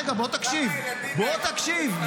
כמה ילדים --- מתגייסים בגיל --- בוא תקשיב.